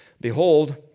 behold